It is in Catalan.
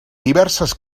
diverses